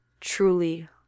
truly